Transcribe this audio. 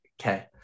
okay